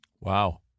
Wow